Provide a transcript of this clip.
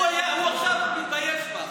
הוא היה עכשיו מתבייש בך.